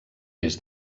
més